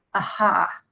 ah aha,